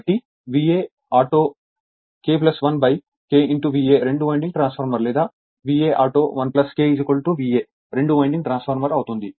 కాబట్టి VA auto K 1 K VA రెండు winding transformer లేదా VA ఆటో 1 K VA రెండు వైండింగ్ ట్రాన్స్ఫార్మర్ అవుతుంది